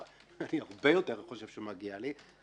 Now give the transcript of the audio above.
טרחה הרבה יותר אני חושב שמגיע לי.